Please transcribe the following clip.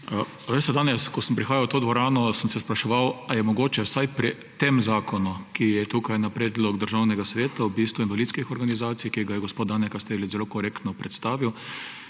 Veste, danes ko sem prihajal v to dvorano, sem se spraševal, ali se je mogoče vsaj pri tem zakonu, ki je tukaj na predlog Državnega sveta, v bistvu invalidskih organizacij, ki ga je gospod Danijel Kastelic zelo korektno predstavil,